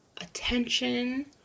attention